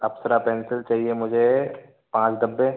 अप्सरा pencil चाहिए मुझे पाँच डब्बे